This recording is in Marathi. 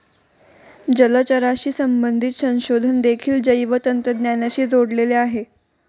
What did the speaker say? जलचराशी संबंधित संशोधन देखील जैवतंत्रज्ञानाशी जोडलेले आहे